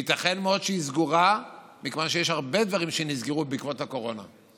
ייתכן מאוד שהיא סגורה מכיוון שיש הרבה דברים שנסגרו בעקבות הקורונה.